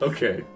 Okay